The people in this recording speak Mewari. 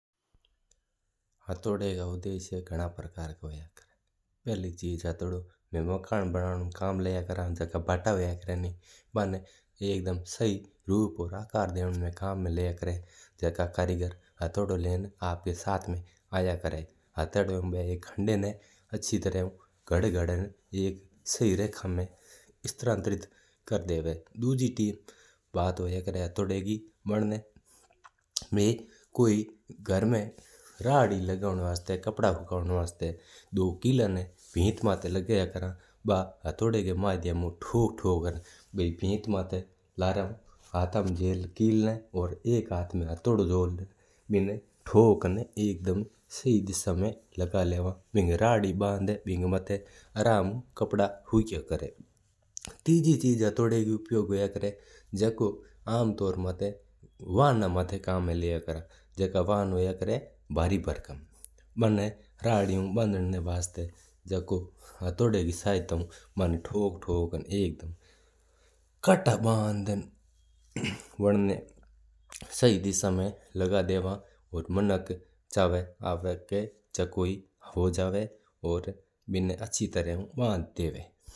हम पुछाया है स हथोडा री बारा में हथोडा है नी एक लोहा रा टाइप रू आया करा आगे लोहा रू मुंडू होया करा है और लड़ी लकड़ी कू पकड़ना वालो होयो करा है। पाच जन्न कोई मोटी चीज पड़ी है जण मण लू एक मोटू भाटू पड़ीयो है इन्ना आपणा तोड़ना है। वैसे तो अप हांडी बिन हथोडा री सू करर बिन भाटा ना थोक तो बिना दू हिसाब हो जाए और कोई जन्न भारी भरकम चीज है लोहा री पड़ी है बिना आपणा सही करनो है बॉल आयोडो है। आपणा बॉल देवनो है आपा बिना थोक तो आपरा जू बॉल होई बू कढ़ जाए जण आडी बाकी होयोदी है हथोडा रू उपयोग करर। तो सही हू सका है हथोडा रा कई प्रकार का होया करा है। तो जण लोहा वालो कई प्रकार को कम करा है बिन कन्न हथोडो होई कोई कामता माता जा रियो है। तो बिन कन्न हथोडा होई हथोडा रू निव में भी उपयोग हुया ला हथोडा आज कल की जग उपयोग कोन आश्व हथोडा सब जगा उपयोग आया करा।